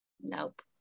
Nope